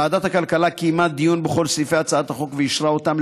ועדת הכלכלה קיימה דיון בכל סעיפי הצעת החוק ואישרה אותם,